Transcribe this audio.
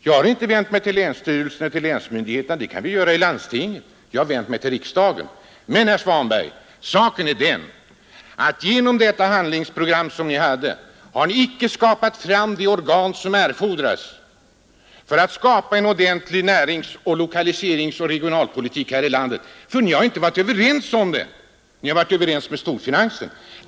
Jag har inte vänt mig till länsmyndigheterna — det kan vi göra i landstinget — utan jag har vänt mig till riksdagen. Men. herr Svanberg, saken är den att genom det handlingsprogram som ni haft, har ni icke skapat fram de organ som erfordras för att skapa en ordentlig närings-, lokaliseringsoch regionalpolitik här i landet. Ni har nämligen varit överens med storfinansen.